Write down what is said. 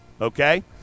okay